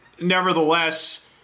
nevertheless